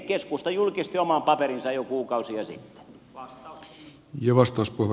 keskusta julkisti oman paperinsa jo kuukausia sitten